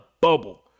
bubble